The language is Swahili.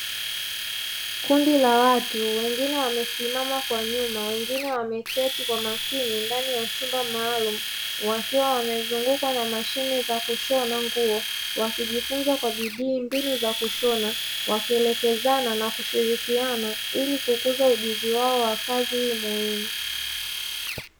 Kundi la watu wengine wamesimama kwa nyuma, wengine wameketi kwa makini ndani ya chumba maalumu, wakiwa wamezungukwa za mashine nguo. Wakijifunza kwa bidii mbinu za kushona, wakielekezana na kushirikiana ili kukuza ujuzi wao wa kazi hii muhimu.